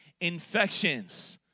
infections